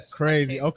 crazy